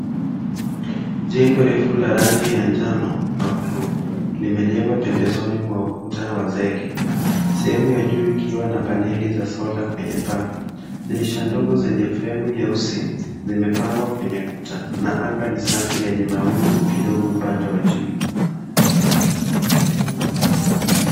Jengo refu la rangi ya njano na buluu limejengwa pembezoni mwa ukuta wa zege. Sehemu ya juu ikiwa na paneli za sola na kwenye paa. Dirisha ndogo zenye fremu nyeusi zimepangwa kwenye kuta na anga ni safi yenye mawingu kidogo upande wa juu.